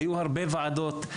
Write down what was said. היו הרבה ועדות,